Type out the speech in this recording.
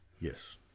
Yes